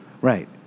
Right